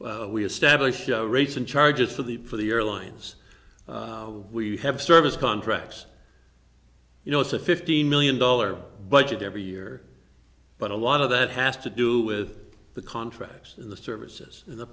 tenants we establish rates and charges for the for the airlines we have service contracts you know it's a fifteen million dollars budget every year but a lot of that has to do with the contracts in the services in the